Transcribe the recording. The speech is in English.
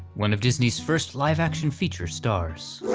one of disney's first live-action feature stars.